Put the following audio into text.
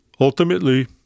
Ultimately